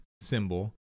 symbol